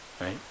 Right